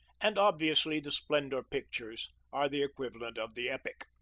and obviously the splendor pictures are the equivalent of the epic.